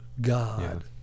God